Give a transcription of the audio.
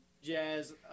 jazz